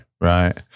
right